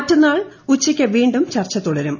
മറ്റന്നാൾ ഉച്ചയ്ക്ക വീണ്ടും ചർച്ച തുടരും